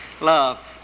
Love